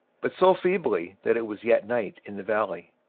but so feebly that it was yet night in the valley.